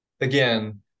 again